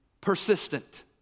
persistent